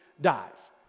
dies